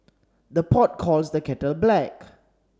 the pot calls the kettle black